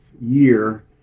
year